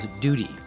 Duty